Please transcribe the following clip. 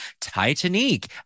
Titanic